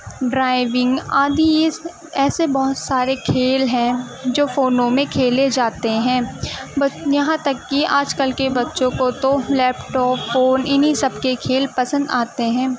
driving آدی یہ ایسے بہت سارے کھیل ہیں جو فونوں میں کھیلے جاتے ہیں یہاں تک کہ آج کل کے بچوں کو تو لیپ ٹاپ فون انہیں سب کے کھیل پسند آتے ہیں